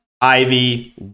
Ivy